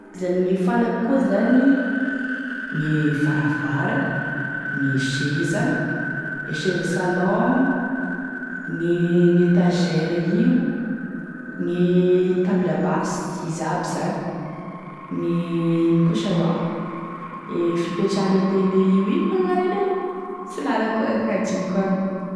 E karazany gne fanaky koa zany: gne farafara, gne seza, e seza salon, gne gn'étagère io, gne table basse izy aby zany, gne ino koa sa hoa e fipetrahane télé io, ino gn'agnaran'io, tsy lalako agny, adinoko agny.